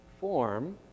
form